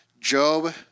Job